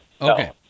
Okay